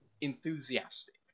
enthusiastic